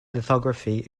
lithography